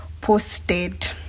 posted